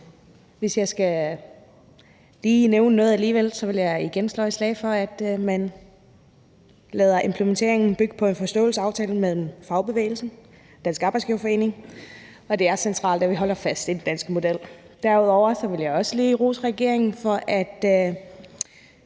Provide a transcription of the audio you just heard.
lige skal nævne noget, vil jeg igen slå et slag for, at man lader implementeringen bygge på en forståelsesaftale mellem fagbevægelsen og Dansk Arbejdsgiverforening, for det er centralt, at vi holder fast i den danske model. Derudover vil jeg lige rose regeringen for i